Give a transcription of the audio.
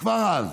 כבר אז.